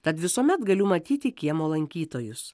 tad visuomet galiu matyti kiemo lankytojus